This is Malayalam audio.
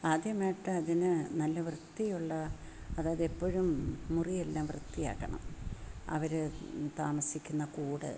ആദ്യമായിട്ട് അതിനു നല്ല വൃത്തിയുള്ള അതായതെപ്പോഴും മുറിയെല്ലാം വൃത്തിയാക്കണം അവർ താമസിക്കുന്ന കൂട്